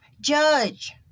Judge